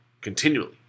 continually